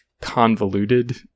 convoluted